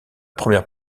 première